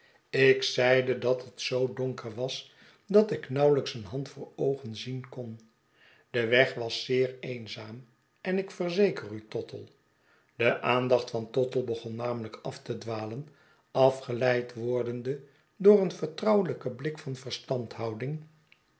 ik zeide dat het zoo donker was dat ik nauwelijks een hand voor oogen zien kon de weg was zeer eenzaam en ik verzeker u tottle de aandacht van tottle begon namelijk af te dwalen afgeleid wordende door een vertrouwlijken blik van verstandhouding